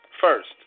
first